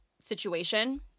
situation